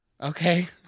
okay